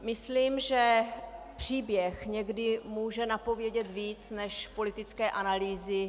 Myslím, že příběh někdy může napovědět víc než politické analýzy nebo